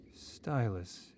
Stylus